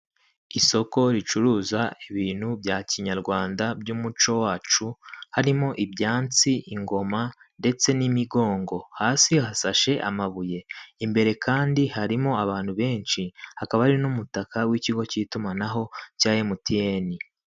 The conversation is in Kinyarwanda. Isoko ricuruza ibintu bya kinyarwanda by'umuco wacu; harimo ibyansi, ingoma ndetse n'imigongo; hasi hasashe amabuye; imbere kandi harimo abantu benshi, hakaba hari n'umutaka w'ikigo cy'itumanaho cya mtn.